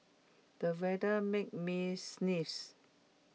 the weather made me sneeze